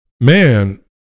man